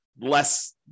less